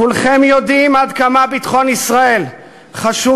כולכם יודעים עד כמה ביטחון ישראל חשוב